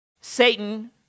Satan